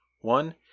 One